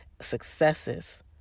successes